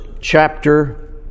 chapter